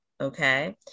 Okay